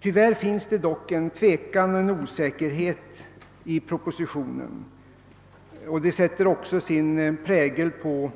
Tyvärr finns det dock en viss tvekan och osäkerhet i propositionen, och detta sätter också sin prägel på